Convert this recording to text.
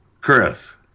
Chris